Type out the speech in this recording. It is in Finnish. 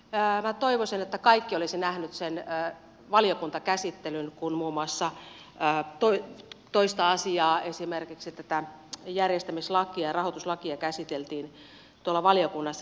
minä toivoisin että kaikki olisivat nähneet sen valiokuntakäsittelyn kun muun muassa toista asiaa esimerkiksi tätä järjestämislakia ja rahoituslakia käsiteltiin tuolla valiokunnassa